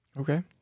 Okay